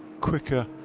quicker